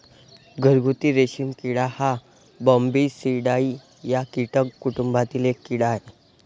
घरगुती रेशीम किडा हा बॉम्बीसिडाई या कीटक कुटुंबातील एक कीड़ा आहे